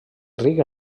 ric